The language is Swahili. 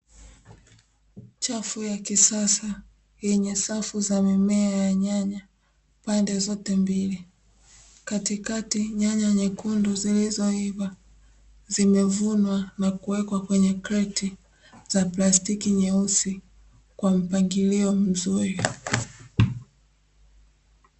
Chafu ya kisasa yenye safu za mimea ya nyanya pande zote mbili, Katikati nyanya nyekundu zilizoiva zimevunwa na kuwekwa kwenye kreti za plastiki nyeusi kwa mpangilio mzuri.